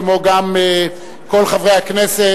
כמו גם כל חברי הכנסת,